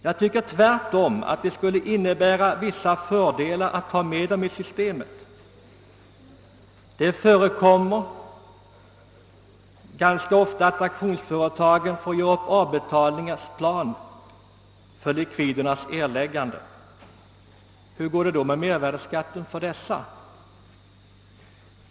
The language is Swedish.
Jag tycker tvärtom det borde innebära vissa fördelar att ta med dessa företag i systemet. Det förekommer ganska ofta att auktionsföretagen får göra upp avbetalningsplaner för likvidernas erläggande. Hur går det med mervärdeskatten för dessa?